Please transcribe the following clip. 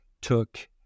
took